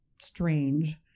strange